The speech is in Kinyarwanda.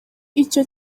icyo